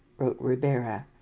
wrote ribera.